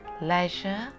leisure